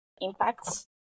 impacts